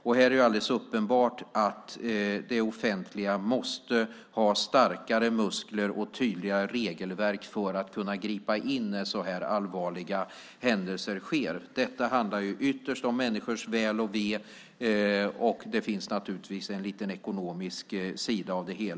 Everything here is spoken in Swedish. Det är alldeles uppenbart att det offentliga måste ha starkare muskler och tydliga regelverk för att kunna gripa in när sådana här allvarliga händelser sker. Detta handlar ju ytterst om människors väl och ve. Det finns naturligtvis också en liten ekonomisk sida av det hela.